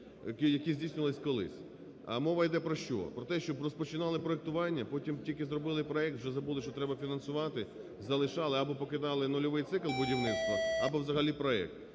які здійснювались колись. А мова йде про що? Про те, щоб розпочинали проектування, а потім, т ільки зробили проект, вже забули що треба фінансувати, залишали, або покидали нульовий цикл будівництва або взагалі проект.